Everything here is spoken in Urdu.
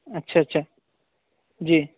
اچھا اچھا جی